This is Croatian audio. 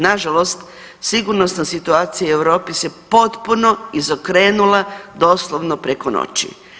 Na žalost, sigurnosna situacija u Europi se potpuno izokrenula doslovno preko noći.